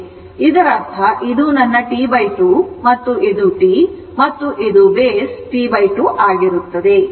ಆದ್ದರಿಂದ ಇದರರ್ಥ ಇದು ನನ್ನ T 2 ಮತ್ತು ಇದು T ಮತ್ತು ಇದು base T 2 ಆಗಿರುತ್ತದೆ